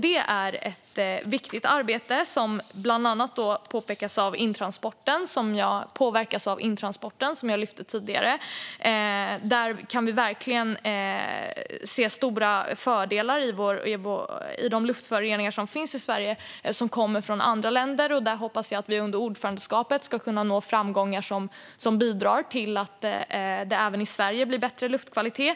Detta är ett viktigt arbete som bland annat påverkas av intransporten, som jag nämnde tidigare. Där kan vi verkligen se stora fördelar när det gäller de luftföroreningar som finns i Sverige men som kommer från andra länder. Jag hoppas att vi under ordförandeskapet ska kunna nå framgångar som bidrar till att det även i Sverige blir bättre luftkvalitet.